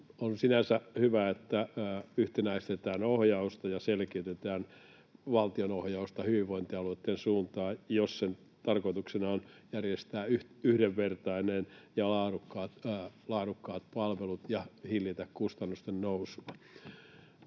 hyvä, että yhtenäistetään ohjausta ja selkeytetään valtionohjausta hyvinvointialueitten suuntaan, jos sen tarkoituksena on järjestää yhdenvertaiset ja laadukkaat palvelut ja hillitä kustannusten nousua,